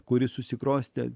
kuri susiklostė